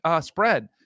spread